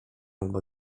albo